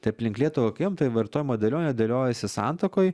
tai aplink lietuvą kai ėjom tai vartojimo dėlionė dėliojosi santakoj